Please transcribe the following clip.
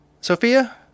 Sophia